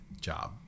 job